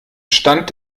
stand